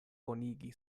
konigi